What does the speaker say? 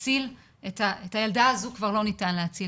את הילדה הזו כבר לא ניתן להציל.